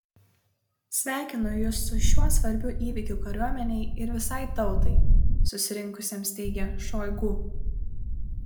sveikinu jus su šiuo svarbiu įvykiu kariuomenei ir visai tautai susirinkusiems teigė šoigu